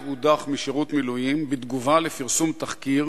הודח משירות מילואים בתגובה על פרסום תחקיר